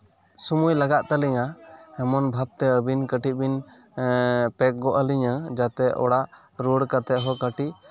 ᱥᱚᱢᱚᱭ ᱞᱟᱜᱟᱜ ᱛᱟᱞᱤᱧᱟ ᱮᱢᱚᱱ ᱵᱷᱟᱵᱛᱮ ᱟᱹᱵᱤᱱ ᱠᱟᱹᱴᱤᱡ ᱵᱤᱱ ᱯᱮᱠ ᱜᱚᱜ ᱟᱞᱤᱧᱟ ᱡᱟᱛᱮ ᱚᱲᱟᱜ ᱨᱩᱣᱟᱹᱲ ᱠᱟᱛᱮᱜ ᱦᱚᱸ ᱠᱟᱹᱴᱤᱪ